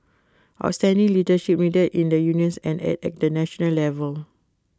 outstanding leadership needed in the unions and at the national level